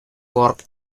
work